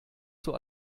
zur